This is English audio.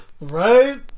Right